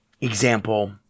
example